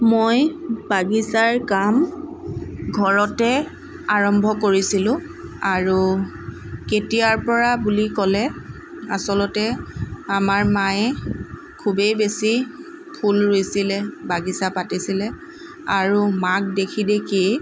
মই বাগিচাৰ কাম ঘৰতে আৰম্ভ কৰিছিলোঁ আৰু কেতিয়াৰ পৰা বুলি ক'লে আচলতে আমাৰ মায়ে খুবেই বেছি ফুল ৰুইছিলে বাগিচা পাতিছিলে আৰু মাক দেখি দেখিয়েই